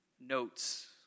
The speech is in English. notes